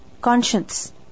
conscience